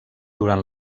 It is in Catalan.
durant